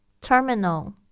Terminal